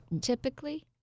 Typically